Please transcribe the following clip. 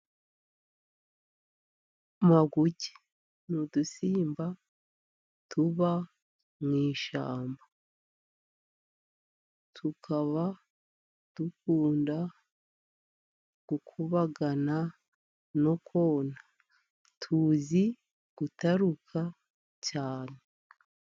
Maguge n'udusimba tuba mu ishyamba , tukaba dukunda gukubagana no kona tuzi gutaruka cyane.